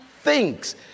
thinks